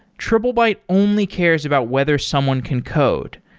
triplebyte only cares about whether someone can code.